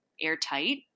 airtight